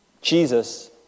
Jesus